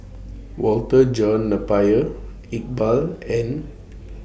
Walter John Napier Iqbal and